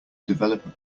developer